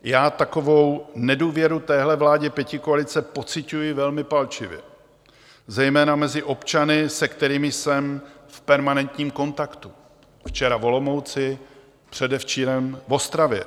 Já takovou nedůvěru této vládě pětikoalice pociťuji velmi palčivě, zejména mezi občany, s kterými jsem v permanentním kontaktu včera v Olomouci, předevčírem v Ostravě.